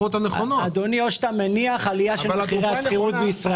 אדוני או שאתה מניח עליה של מחירי השכירות בישראל,